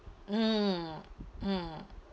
mm mm